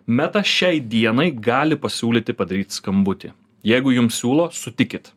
meta šiai dienai gali pasiūlyti padaryt skambutį jeigu jum siūlo sutikit